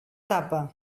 tapa